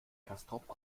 castrop